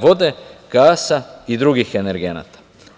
vode, gasa i drugih energenata.